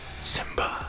Simba